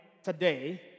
Today